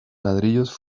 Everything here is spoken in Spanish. ladrillos